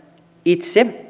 itse